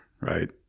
right